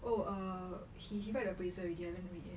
oh err he write the appraisal already I haven't read yet